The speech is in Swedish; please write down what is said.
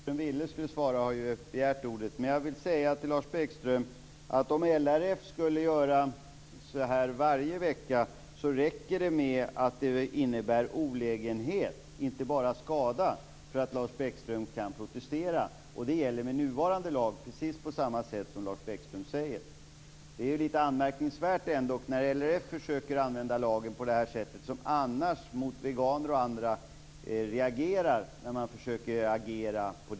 Fru talman! Det är ingen av dem som Lars Bäckström ville skulle svara som har begärt ordet. Men om LRF skulle göra så varje vecka, räcker det med att det innebär olägenhet, inte bara skada, för att Lars Bäckström kan protestera. Det gäller med nuvarande lag - precis som Lars Bäckström säger. Det är litet anmärkningsvärt när LRF försöker använda lagen på det sättet, som annars reagerar mot t.ex. veganer när de försöker agera så.